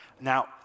Now